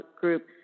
group